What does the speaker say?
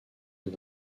des